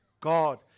God